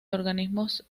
organismos